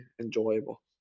enjoyable